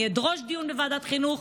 אני אדרוש דיון בוועדת חינוך,